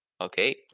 okay